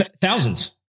thousands